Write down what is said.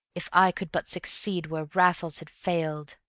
if i could but succeed where raffles had failed!